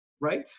right